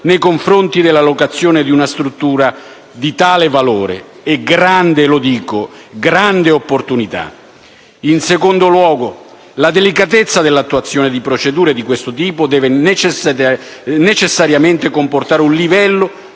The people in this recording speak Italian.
nei confronti della collocazione di una struttura di tale valore e grande - lo voglio evidenziare - opportunità. In secondo luogo, la delicatezza dell'attuazione di procedure di questo tipo deve necessariamente comportare un livello